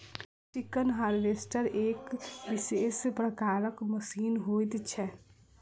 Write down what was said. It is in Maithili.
चिकन हार्वेस्टर एक विशेष प्रकारक मशीन होइत छै